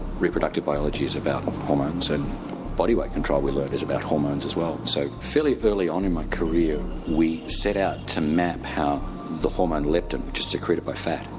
reproductive biology is about hormones, and body weight control, we learned, is about hormones as well. so fairly early on in my career we set out to map how the hormone leptin, which is secreted by fat,